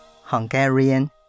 Hungarian